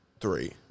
three